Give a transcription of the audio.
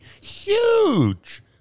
huge